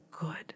good